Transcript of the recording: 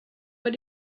what